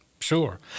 Sure